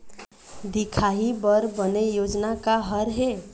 दिखाही बर बने योजना का हर हे?